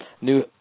New